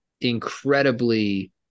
incredibly